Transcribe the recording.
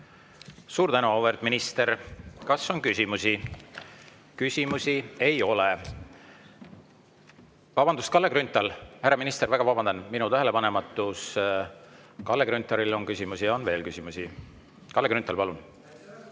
Suur tänu, auväärt minister! Kas on küsimusi? Küsimusi ei ole. Vabandust, Kalle Grünthal! Härra minister, väga vabandan, minu tähelepanematus. Kalle Grünthalil on küsimusi ja on teistelgi küsimusi. Kalle Grünthal, palun!